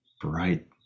bright